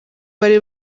bari